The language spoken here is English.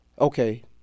Okay